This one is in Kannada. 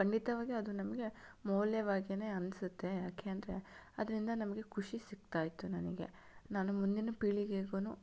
ಖಂಡಿತವಾಗಿ ಅದು ನಮಗೆ ಮೌಲ್ಯವಾಗಿನೇ ಅನ್ಸುತ್ತೆ ಯಾಕೆ ಅಂದರೆ ಅದರಿಂದ ನಮಗೆ ಖುಷಿ ಸಿಗ್ತಾಯಿತ್ತು ನನಗೆ ನಾನು ಮುಂದಿನ ಪೀಳಿಗೆಗುನೂ